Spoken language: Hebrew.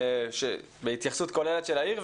זה לא מובן מאליו.